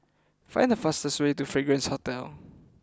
find the fastest way to Fragrance Hotel